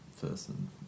person